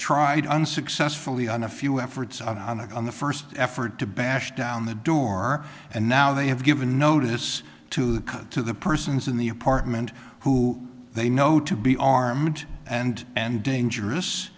tried unsuccessfully on a few efforts on the first effort to bash down the door and now they have given notice to come to the persons in the apartment who they know to be armed and and dangerous